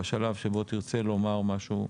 בשלב שבו תרצה לומר משהו,